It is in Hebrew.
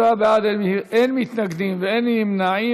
37 בעד, אין מתנגדים ואין נמנעים.